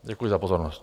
Děkuji za pozornost.